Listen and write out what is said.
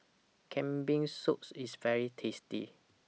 Kambing Soups IS very tasty